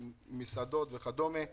מסעדות וכדומה,